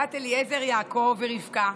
בת אליעזר יעקב ורבקה,